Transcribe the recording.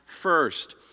first